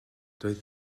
doedd